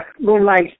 Moonlight